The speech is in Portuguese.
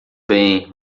bem